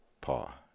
paw